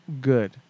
good